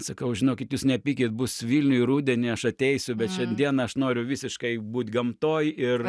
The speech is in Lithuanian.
sakau žinokit jūs nepykit bus vilniuj rudenį aš ateisiu bet šiandieną aš noriu visiškai būt gamtoj ir